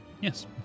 Yes